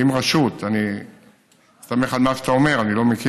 אם רשות, אני מסתמך על מה שאתה אומר, אני לא מכיר,